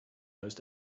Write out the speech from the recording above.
those